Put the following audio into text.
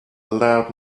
loud